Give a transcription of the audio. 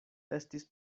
estis